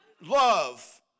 Love